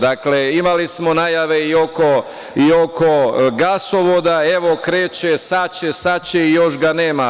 Dakle, imali smo najave i oko gasovoda, evo, kreće, sad će, sad će, i još ga nema.